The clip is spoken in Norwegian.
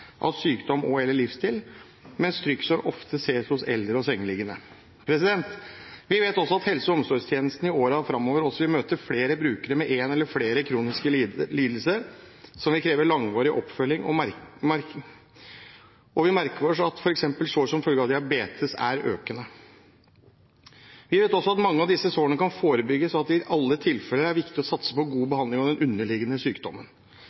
av sykdom og/eller livsstil, mens trykksår oftest ses hos eldre og sengeliggende. Vi vet at helse- og omsorgstjenesten i årene fremover vil møte flere brukere med én eller flere kroniske lidelser som vil kreve langvarig oppfølging, og vi merker oss at f.eks. sår som følge av diabetes er økende. Vi vet også at mange av disse sårene kan forebygges, og at det i alle tilfeller er viktig å satse på god behandling av den underliggende sykdommen.